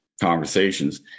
conversations